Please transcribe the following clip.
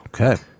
Okay